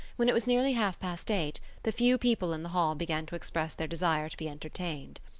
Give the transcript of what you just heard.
when it was nearly half-past eight, the few people in the hall began to express their desire to be entertained.